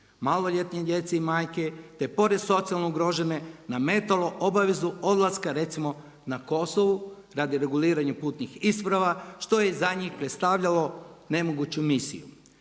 maloljetne djece i majke te pored socijalno ugrožene nametalo obavezu odlaska recimo na Kosovo radi reguliranja putnih isprava što je za njih predstavljalo nemoguću misiju.